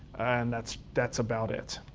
and that's that's about it.